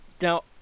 Now